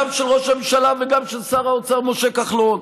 גם של ראש הממשלה וגם של שר האוצר משה כחלון,